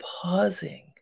pausing